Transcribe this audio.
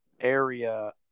area